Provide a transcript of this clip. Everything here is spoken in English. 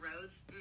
roads